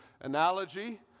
analogy